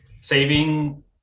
saving